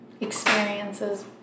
Experiences